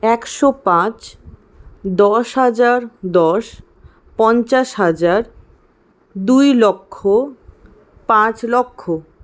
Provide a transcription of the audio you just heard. একশো পাঁচ দশ হাজার দশ পঞ্চাশ হাজার দুই লক্ষ পাঁচ লক্ষ